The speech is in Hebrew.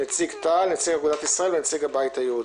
נציג תע"ל, נציג אגודת ישראל ונציג הבית היהודי.